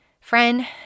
Friend